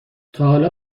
تاحالا